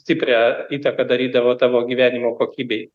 stiprią įtaką darydavo tavo gyvenimo kokybei